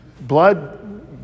blood